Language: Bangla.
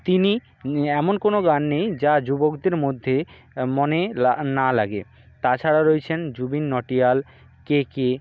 তিনি এমন কোনো গান নেই যা যুবকদের মধ্যে মনে লা না লাগে তাছাড়া রয়েছেন জুবিন নটিয়াল কে কে